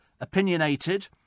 opinionated